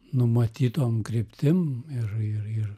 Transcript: numatyton kryptim ir ir ir